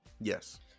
yes